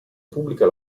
pubblica